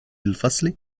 الفصل